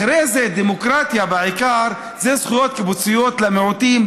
אחרי זה דמוקרטיה זה בעיקר זכויות קיבוציות למיעוטים.